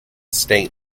state